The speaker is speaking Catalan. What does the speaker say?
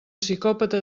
psicòpata